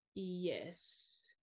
Yes